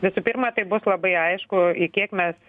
visų pirma tai bus labai aišku į kiek mes